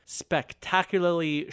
spectacularly